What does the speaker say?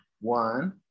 one